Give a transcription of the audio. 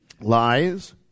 Lies